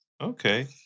Okay